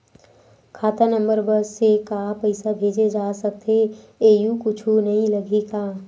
खाता नंबर बस से का पईसा भेजे जा सकथे एयू कुछ नई लगही का?